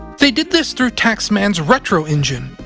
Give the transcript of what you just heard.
they did this through taxman's retro engine,